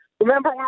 Remember